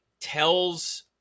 tells